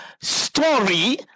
story